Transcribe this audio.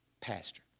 pastor